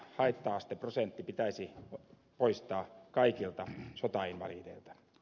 haitta asteprosentti pitäisi poistaa kaikilta sotainvalideilta